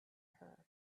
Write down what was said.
her